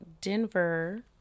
denver